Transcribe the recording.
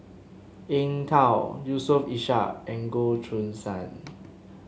Eng Tow Yusof Ishak and Goh Choo San